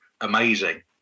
Amazing